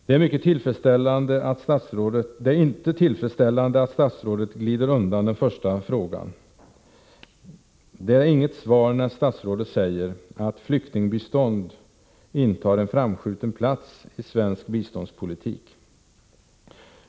Det är mycket otillfredsställande att statsrådet glider undan den första frågan. Det är inget svar när statsrådet säger att ”flyktingbistånd intar en framskjuten plats i svensk biståndspolitik”.